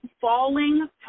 falling